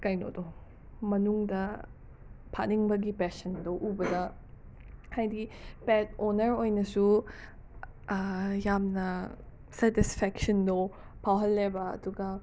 ꯀꯩꯅꯣꯗꯣ ꯃꯅꯨꯡꯗ ꯐꯥꯅꯤꯡꯕꯒꯤ ꯄꯦꯁꯟꯗꯣ ꯎꯕꯗ ꯍꯥꯏꯗꯤ ꯄꯦꯠ ꯑꯣꯅꯔ ꯑꯣꯏꯅꯁꯨ ꯌꯥꯝꯅ ꯁꯦꯇꯤꯁꯐꯦꯛꯁꯟꯗꯣ ꯐꯥꯎꯍꯜꯂꯦꯕ ꯑꯗꯨꯒ